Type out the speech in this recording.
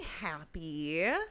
happy